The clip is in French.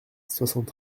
soixante